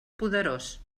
poderós